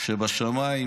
שבשמיים